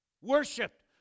worshipped